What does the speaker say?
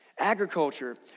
Agriculture